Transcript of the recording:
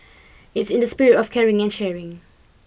it's in the spirit of caring and sharing